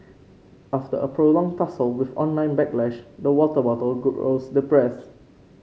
after a prolonged tussle with online backlash the water bottle grows depressed